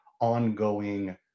ongoing